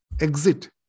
exit